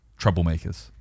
troublemakers